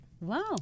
Wow